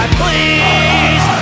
please